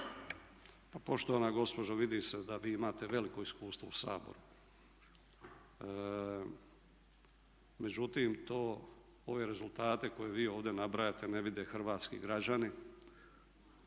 Pa poštovana gospođo vidi se da vi imate veliko iskustvo u Saboru. Međutim to, ove rezultate koje vi ovdje nabrajate, ne vide hrvatski građani.